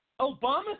Obama